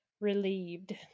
relieved